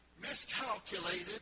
miscalculated